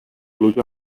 pluja